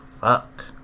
Fuck